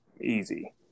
easy